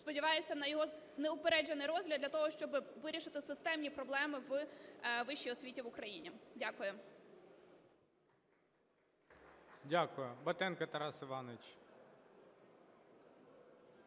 Сподіваюся на його неупереджений розгляд для того, щоб вирішити системні проблеми у вищій освіті в Україні. Дякую. ГОЛОВУЮЧИЙ. Дякую. Батенко Тарас Іванович.